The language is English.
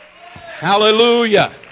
Hallelujah